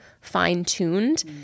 fine-tuned